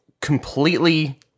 completely